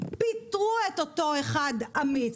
פיטרו את אותו אחד אמיץ,